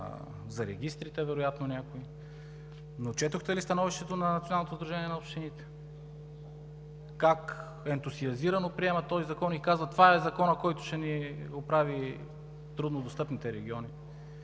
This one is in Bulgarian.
за регистрите вероятно, но четохте ли становището на Националното сдружение на общините? Как ентусиазирано приемат този закон и казват: „Това е законът, който ще ни оправи труднодостъпните региони.“